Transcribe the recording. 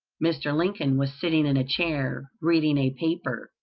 mr. lincoln was sitting in a chair, reading a paper,